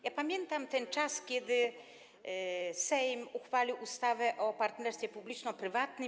Ja pamiętam ten czas, kiedy Sejm uchwalił ustawę o partnerstwie publiczno-prywatnym.